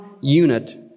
unit